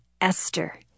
Esther